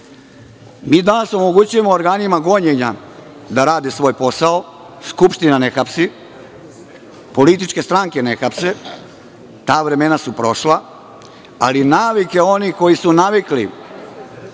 danas omogućujemo organima gonjenja da radi svoj posao. Skupština ne hapsi, političke stranke ne hapse. Ta vremena su prošla, ali navike onih koji su navikli